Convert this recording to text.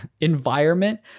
environment